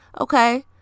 Okay